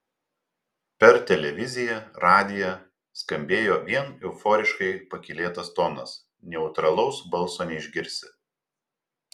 per televiziją radiją skambėjo vien euforiškai pakylėtas tonas neutralaus balso neišgirsi